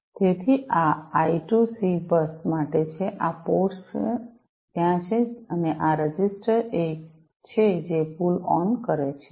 તેથી આ I 2 C bus માટે છે આ પોર્ટ્સ ત્યાં છે અને આ રજીસ્ટર એક છે જે પુલ ઑન કરે છે